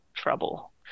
Trouble